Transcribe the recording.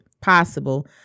possible